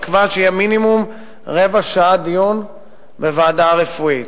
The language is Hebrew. נקבע שיהיה מינימום רבע שעה דיון בוועדה הרפואית.